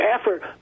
effort